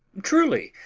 truly,